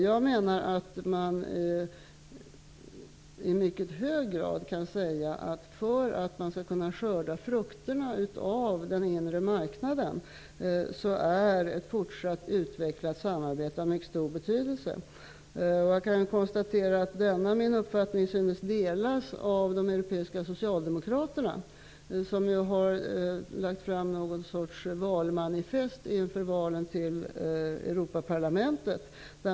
Jag menar att vi i mycket hög grad kan säga att ett fortsatt utvecklat samarbete är av mycket stor betydelse för att man skall kunna skörda frukterna av den inre marknaden. Jag kan konstatera att denna min uppfattning synes delas av de europeiska socialdemokraterna, som nu har lagt fram någon sorts valmanifest inför valen till Europaparlamentet.